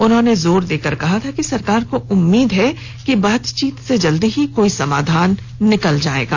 उन्होंने जोर देकर कहा था कि सरकार को उम्मीद है कि बातचीत से जल्दी ही कोई समाधान निकल जायेगा